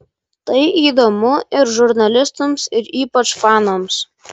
tai įdomu ir žurnalistams ir ypač fanams